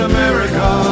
America